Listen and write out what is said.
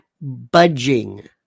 budging